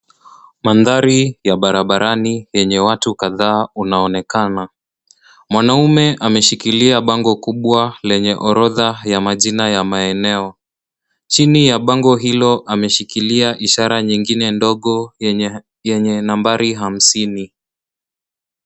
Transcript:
Mandhari ya barabarani yenye watu kadhaa unaonekana. Mwanaume ameshikilia bango kubwa lenye orodha ya majina ya maeneo. Chini ya bango hilo ameshikilia ishara nyingine ndogo yenye nambari hamsini.